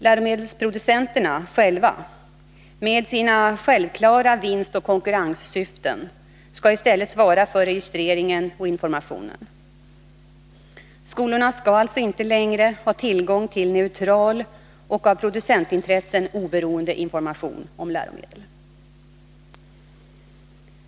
Läromedelsproducenterna själva — med sina självklara vinstoch konkurrenssyften — skall i stället svara för registreringen och informationen. Skolorna skall alltså inte längre ha tillgång till en neutral och av producentintressen oberoende information om läromedlen.